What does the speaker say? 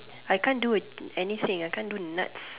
I can't do anything I can't do nuts